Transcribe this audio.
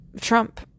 Trump